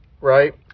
right